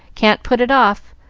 can't put it off.